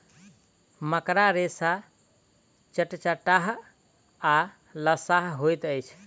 मकड़ा रेशा चटचटाह आ लसाह होइत अछि